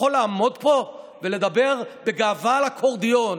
יכול לעמוד פה ולדבר בגאווה על אקורדיון.